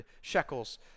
shekels